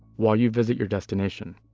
while you visit your destination.